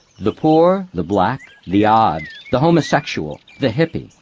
the poor, the black, the odd, the homosexual, the hippie,